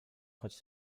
choć